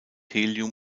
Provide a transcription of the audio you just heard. helium